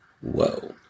Whoa